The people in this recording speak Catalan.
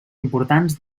importants